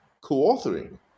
co-authoring